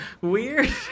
Weird